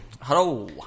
Hello